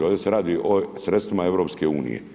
Ovdje se radi o sredstvima EU.